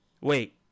wait